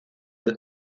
del